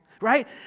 right